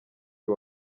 uyu